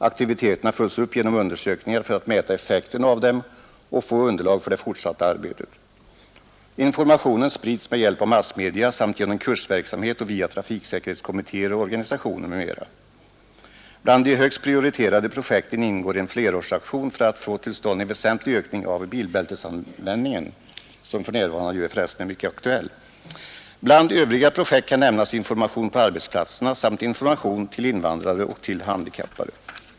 Aktiviteterna följs upp genom undersökningar för att mäta effekten av dem och få underlag för det fortsatta arbetet. Informationen sprids med hjälp av massmedia samt genom kursverksamhet och via trafiksäkerhetskommittéer och organisationer m.m. Bland de högst prioriterade projekten ingår en flerårsaktion för att få till stånd en väsentlig ökning av bilbältesanvändningen, en fråga som för resten är mycket aktuell för närvarande. Bland övriga projekt kan nämnas information på arbetsplatserna samt information till invandrare och till handikappade.